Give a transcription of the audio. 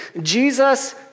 Jesus